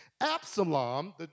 Absalom